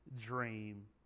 dream